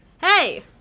Hey